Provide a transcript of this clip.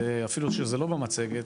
אפילו שזה לא במצגת,